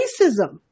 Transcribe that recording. racism